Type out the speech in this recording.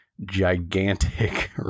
gigantic